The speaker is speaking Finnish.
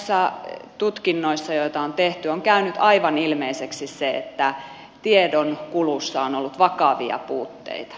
noissa tutkinnoissa joita on tehty on käynyt aivan ilmeiseksi se että tiedonkulussa on ollut vakavia puutteita